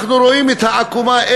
אנחנו רואים את העקומה,